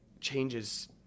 changes